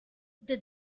the